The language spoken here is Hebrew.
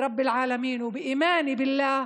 והיא יכולתו של ריבון העולמים ואמונתי באל.